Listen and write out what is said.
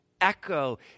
echo